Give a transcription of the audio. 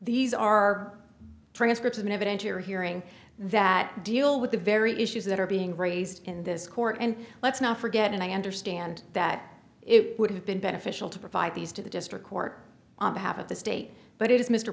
these are transcripts of an evidentiary hearing that deal with the very issues that are being raised in this court and let's not forget and i understand that it would have been beneficial to provide these to the district court on behalf of the state but it is mr